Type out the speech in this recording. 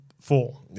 four